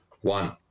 One